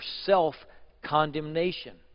self-condemnation